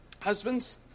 husbands